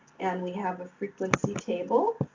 and, we have a frequency table